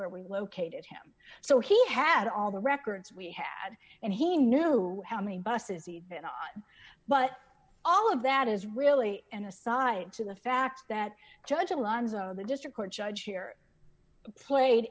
where we located him so he had all the records we had and he knew how many buses even are but all of that is really an aside to the fact that judge alonzo district court judge here played